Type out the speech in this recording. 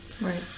Right